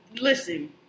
listen